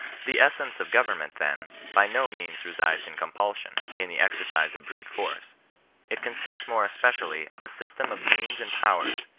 the essence of government, then, by no means resides in compulsion, in the exercise of brute force it consists more especially of a pystem of means and powers,